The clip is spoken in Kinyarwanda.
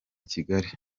kigali